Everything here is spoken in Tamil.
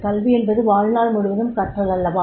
கல்வி என்பது வாழ்நாள் முழுவதும் கற்றல் அல்லவா